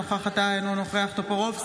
אינו נוכח אריה מכלוף דרעי,